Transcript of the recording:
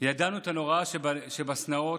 "ידענו את הנוראה שבשנאות,